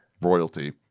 royalty